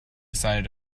decided